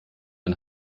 ein